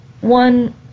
One